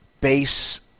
base